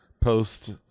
post